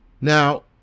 Now